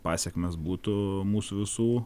pasekmės būtų mūsų visų